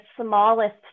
smallest